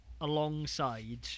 alongside